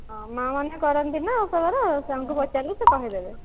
ହଁ ମାଁମାନେ କରନ୍ତି ନା ଓଷା ବାର ସେମାନଙ୍କୁ ପଚାରିଲେ ସେ କହିଦେବେ